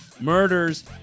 Murders